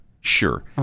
Sure